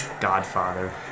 godfather